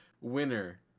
winner